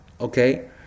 okay